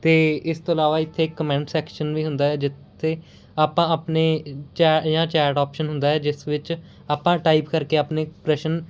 ਅਤੇ ਇਸ ਤੋਂ ਇਲਾਵਾ ਇੱਥੇ ਇੱਕ ਕਮੈਂਟ ਸੈਕਸ਼ਨ ਵੀ ਹੁੰਦਾ ਹੈ ਜਿੱਥੇ ਆਪਾਂ ਆਪਣੇ ਚੈ ਜਾਂ ਚੈਟ ਆਪਸ਼ਨ ਹੁੰਦਾ ਹੈ ਜਿਸ ਵਿੱਚ ਆਪਾਂ ਟਾਈਪ ਕਰਕੇ ਆਪਣੇ ਪ੍ਰਸ਼ਨ